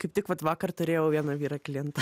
kaip tik vat vakar turėjau vieną vyrą klientą